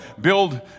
build